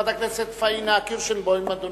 חברת הכנסת פאינה קירשנבאום, אדוני,